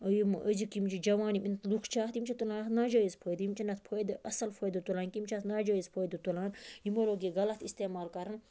یِم أزِک یِم چھِ جَوان یِم لُکھ چھِ اتھ یِم چھِ تُلان اتھ ناجٲیز فٲیدٕ یِم چھِن اتھ فٲیدٕ اصل فٲیدٕ تُلان کینٛہہ یِم چھِ اتھ ناجٲیز فٲیدٕ تُلان یمو لوگ یہِ غَلَط اِستعمال کَرُن